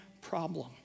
problem